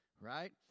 Right